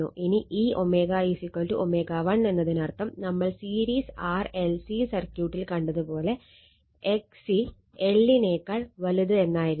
ഇനി ഈ ω ω1 എന്നതിനർത്ഥം നമ്മൾ സീരീസ് RLC സർക്യൂട്ടിന് കണ്ടത് പോലെ XC XL എന്നായിരിക്കും